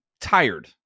tired